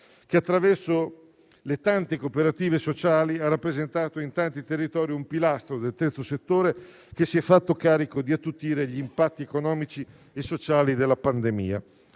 che attraverso le tante cooperative sociali ha rappresentato in tanti territori un pilastro del terzo settore, che si è fatto carico di attutire gli impatti economici e sociali della pandemia.